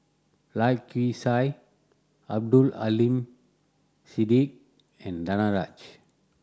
Lai Kew Chai Abdul Aleem Siddique and Danaraj